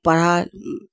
پڑھا